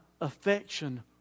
affection